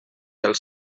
als